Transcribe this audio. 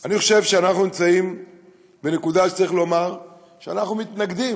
אני חושב שאנחנו נמצאים בנקודה שצריך לומר שאנחנו מתנגדים,